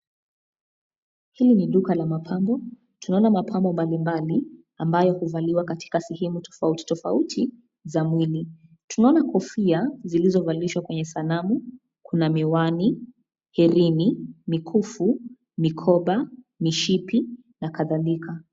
Hili ni duka la mapambo, tunaona mapambo mbalimbali ambayo huvaliwa katika sehemu tofauti tofauti za mwili. Tunaona kofia zilizovalishwa kwenye sanamu kuna miwani, herini, mikufu, mikoba, mishipi na kadhalika.